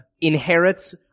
inherits